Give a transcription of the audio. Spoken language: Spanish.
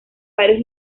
varios